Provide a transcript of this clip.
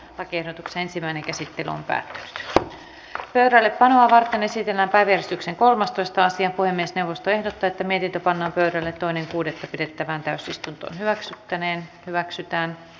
lakiehdotuksen ensimmäinen käsittely on päättynyt olla nöyrä ja vanha varten esitellään päiväjärjestyksen kolmastoista sija puhemiesneuvosto ehdoteta niitä panna vireille toinen kuudetta pidettävään täysistunto hyväksyttäneen hyväksytään ne